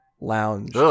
lounge